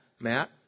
Matt